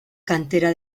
cantera